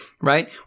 right